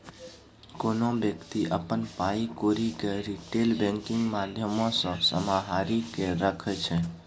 कोनो बेकती अपन पाइ कौरी केँ रिटेल बैंकिंग माध्यमसँ सम्हारि केँ राखै छै